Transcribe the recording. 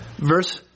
Verse